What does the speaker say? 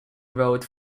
wrote